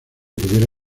pudiera